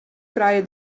krije